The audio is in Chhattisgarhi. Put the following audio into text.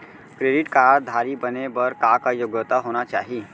क्रेडिट कारड धारी बने बर का का योग्यता होना चाही?